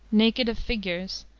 naked of figures,